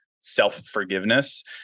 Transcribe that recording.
self-forgiveness